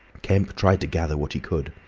kemp tried to gather what he could.